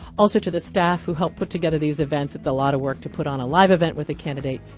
also to the staff who helped put together these events. it's a lot of work to put on a live event with a candidate.